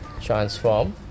transform